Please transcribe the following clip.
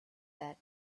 that